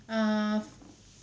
err